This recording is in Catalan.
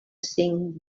cinc